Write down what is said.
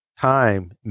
time